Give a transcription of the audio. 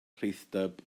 rhithdyb